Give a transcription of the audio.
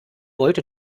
wollte